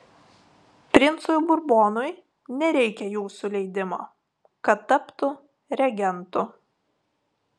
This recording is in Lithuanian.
princui burbonui nereikia jūsų leidimo kad taptų regentu